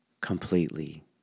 completely